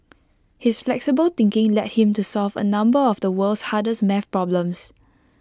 his flexible thinking led him to solve A number of the world's hardest math problems